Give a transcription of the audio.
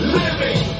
living